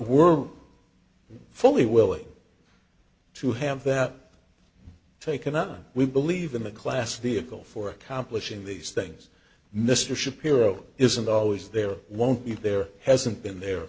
we're fully willing to have that taken on we believe in the class the ickle for accomplishing these things mr shapiro isn't always there won't be there hasn't been there